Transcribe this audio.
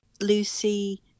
Lucy